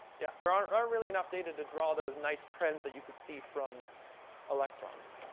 yeah. there aren't really enough data to draw those nice trends that you could see from electrons.